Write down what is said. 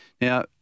Now